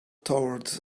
towards